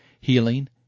healing